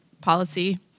policy